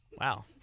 Wow